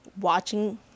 watching